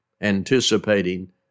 anticipating